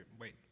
Wait